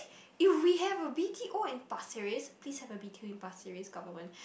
if we have a b_t_o in pasir-ris please have a b_t_o in pasir-ris government